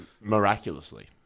Miraculously